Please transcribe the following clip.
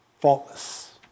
faultless